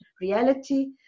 reality